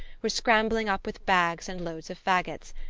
were scrambling up with bags and loads of faggots,